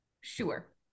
sure